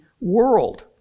world